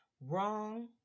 Wrong